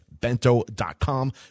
bento.com